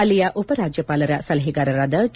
ಅಲ್ಲಿಯ ಉಪರಾಜ್ಲಪಾಲರ ಸಲಹೆಗಾರರಾದ ಕೆ